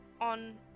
on